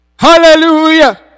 Hallelujah